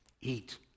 Eat